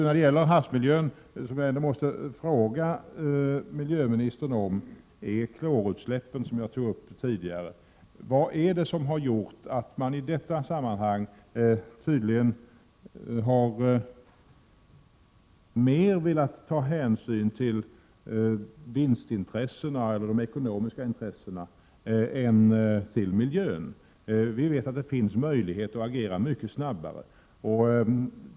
När det gäller havsmiljön måste jag ändå ställa en fråga till miljöministern: Vad är det som har gjort att regeringen beträffande klorutsläppen, som jag tidigare sade, tydligen har velat ta mera hänsyn till de ekonomiska intressena än till miljön? Vi vet ju att det finns möjligheter att agera mycket snabbare.